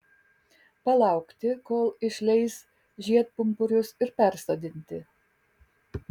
palaukti kol išleis žiedpumpurius ir persodinti